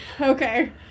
Okay